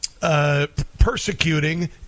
persecuting